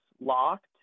locked